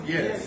Yes